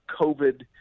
covid